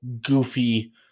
goofy